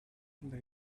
they